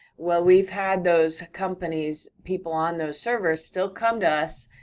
well, we've had those companies, people on those servers, still come to us,